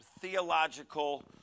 theological